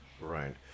Right